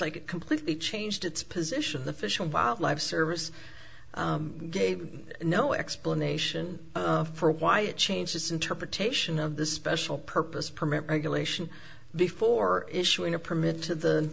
it completely changed its position the fish and wildlife service gave no explanation for why it changed his interpretation of the special purpose permit regulation before issuing a permit to the